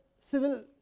civil